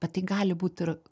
bet tai gali būt ir